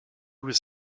was